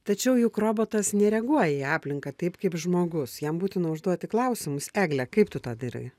tačiau juk robotas nereaguoja į aplinką taip kaip žmogus jam būtina užduoti klausimus egle kaip tu tą darai